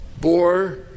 bore